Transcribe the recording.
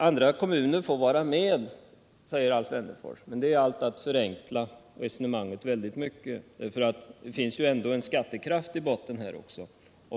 Andra kommuner får vara med och betala, säger Alf Wennerfors. Det är att förenkla resonemanget väldigt mycket. Det finns väl ändå en skattekraft i botten.